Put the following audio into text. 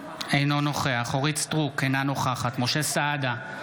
אינו נוכח אורית מלכה סטרוק, אינה נוכחת משה סעדה,